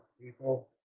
people